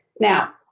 Now